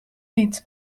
niet